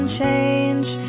change